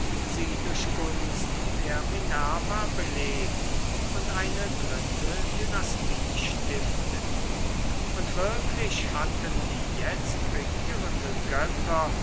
sie durch gunst der minerva belebt und eine dritte dynastie stiftet und wirklich hatten die jetzt regierenden götter